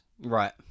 Right